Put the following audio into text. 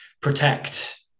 protect